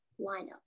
lineup